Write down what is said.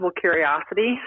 curiosity